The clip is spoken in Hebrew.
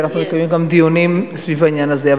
ואנחנו מקיימים גם דיונים סביב העניין הזה.